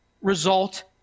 result